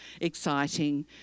exciting